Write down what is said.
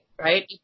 Right